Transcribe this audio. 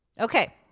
Okay